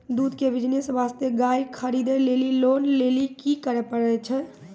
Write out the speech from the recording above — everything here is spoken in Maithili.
दूध के बिज़नेस वास्ते गाय खरीदे लेली लोन लेली की करे पड़ै छै?